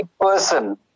person